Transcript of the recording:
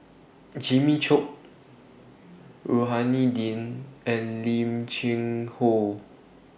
Jimmy Chok Rohani Din and Lim Cheng Hoe